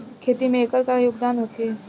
खेती में एकर का योगदान होखे?